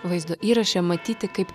vaizdo įraše matyti kaip